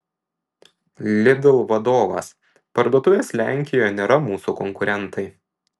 lidl vadovas parduotuvės lenkijoje nėra mūsų konkurentai